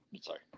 Sorry